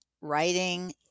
writing